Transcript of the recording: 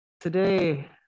Today